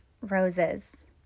roses